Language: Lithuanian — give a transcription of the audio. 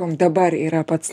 mum dabar yra pats